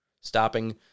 Stopping